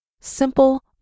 simple